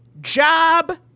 job